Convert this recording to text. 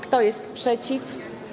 Kto jest przeciw?